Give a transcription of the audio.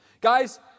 Guys